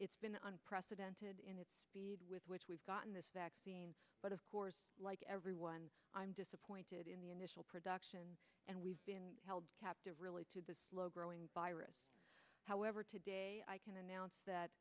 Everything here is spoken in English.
it's been unprecedented in with which we've gotten this vaccine but of course like everyone i'm disappointed in the initial production and we've been held captive really to the slow growing virus however today i can announce that